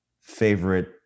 favorite